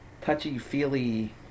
touchy-feely